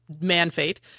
man-fate